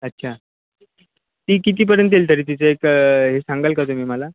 अच्छा ती कितीपर्यंत येईल तरी तिथे एक हे सांगाल का तुम्ही मला